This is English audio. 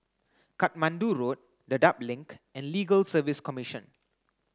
Katmandu Road Dedap Link and Legal Service Commission